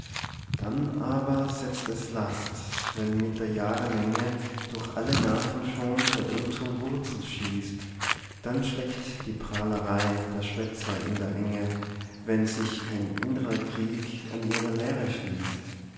dann aber setzt es last wenn mit der jahre menge durch alle nerven schon der irrtum wurzel schießt dann steckt die pralerei der schwätzer in der enge wenn sich kein innrer krieg an ihrer lehre schließt